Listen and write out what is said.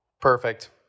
Perfect